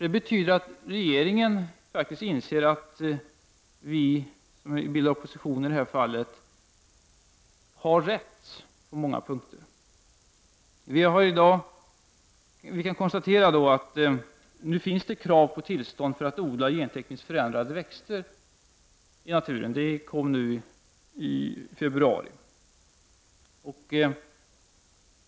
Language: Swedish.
Det betyder att regeringen faktiskt insett att vi — oppositionen i det här fallet — har rätt på många punkter. Vi kan konstatera i dag att det nu finns krav på tillstånd för att få odla gentekniskt förändrade växter i naturen. Det infördes i februari.